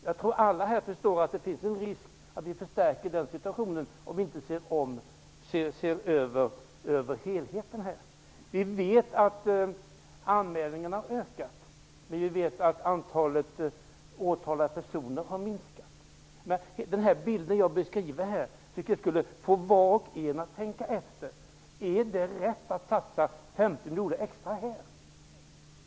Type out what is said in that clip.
Jag tror att alla här förstår att vi riskerar att förvärra situationen ytterligare om vi inte ser till helheten. Vi vet att anmälningarna har ökat. Vi vet också att antalet åtalade personer har minskat. Denna bild tycker jag borde få var och en att tänka efter: Är det rätt att satsa 50 miljoner extra just här?